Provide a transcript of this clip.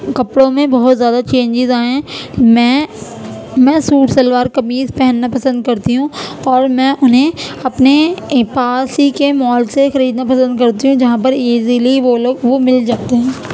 کپڑوں میں بہت زیادہ چینجز آئے ہیں میں میں سوٹ شلوار قمیص پہننا پسند کرتی ہوں اور میں انہیں اپنے پاس ہی کے مال سے خریدنا پسند کرتی ہوں جہاں پر ایزلی وہ لوگ وہ مل جاتے ہیں